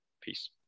Peace